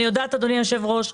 אדוני היושב-ראש,